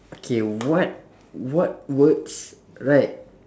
K what what words right